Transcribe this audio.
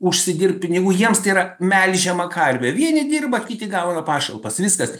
užsidirbt pinigų jiems tai yra melžiama karvė vieni dirba kiti gauna pašalpas viskas